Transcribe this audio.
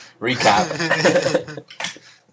Recap